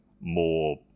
more